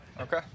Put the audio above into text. Okay